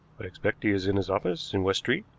i expect he is in his office in west street.